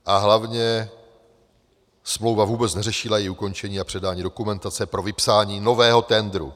A hlavně smlouva vůbec neřešila její ukončení a předání dokumentace pro vypsání nového tendru.